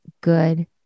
good